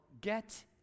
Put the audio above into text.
Get